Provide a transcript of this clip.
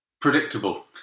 predictable